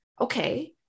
okay